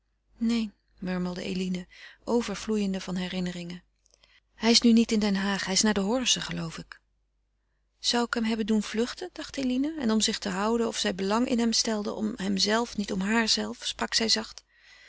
neen murmelde eline overvloeiende van herinneringen hij is nu niet in den haag hij is naar de horze geloof ik zou ik hem hebben doen vluchten dacht eline en om zich te houden of zij belang in hem stelde om hemzelven niet om haarzelve sprak zij zacht